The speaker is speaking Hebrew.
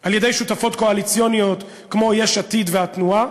של שותפות קואליציוניות כמו יש עתיד והתנועה,